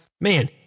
man